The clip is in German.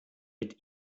mit